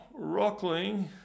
rockling